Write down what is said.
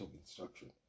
instruction